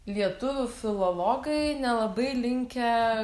lietuvių filologai nelabai linkę